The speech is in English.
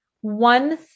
one